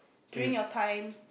during your times